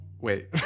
Wait